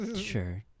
Sure